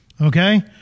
Okay